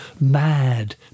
mad